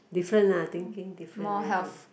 different lah thinking different already